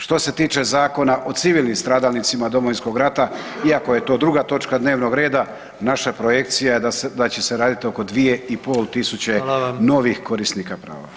Što se tiče Zakona o civilnim stradalnicima Domovinskog rata iako je to druga točka dnevnog reda naša projekcija je da će se raditi o oko 2.500 novih korisnika [[Upadica: Hvala vam.]] prava.